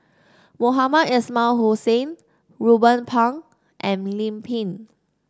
Mohamed Ismail Hussain Ruben Pang and Lim Pin